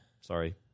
Sorry